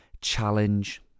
challenge